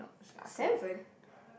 so sorry I can't